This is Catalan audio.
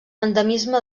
endemisme